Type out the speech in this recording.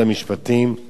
ומשרד החוץ,